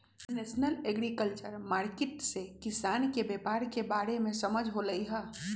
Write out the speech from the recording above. national agriculture market से किसान के व्यापार के बारे में समझ होलई ह